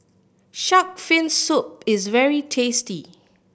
shark fin soup is very tasty